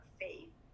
faith